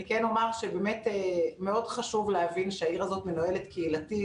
אני כן אומר שבאמת מאוד חשוב להבין שהעיר הזאת מנוהלת קהילתית.